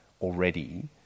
already